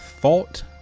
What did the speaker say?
thought